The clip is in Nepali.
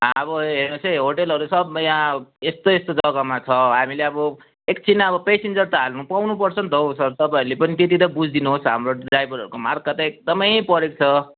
अब हेर्नुहोस् है होटेलहरू सब यहाँ यस्तो यस्तो जग्गामा छ हामीले अब एकछिन अब पेसेन्जर त हाल्नु पाउनु पर्छ नि त हौ सर तपाईँहरूले पनि त्यति त बुझिदिनुहोस् हाम्रो ड्राइभरहरूको मार्का चाहिँ एकदमै परेको छ